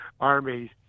army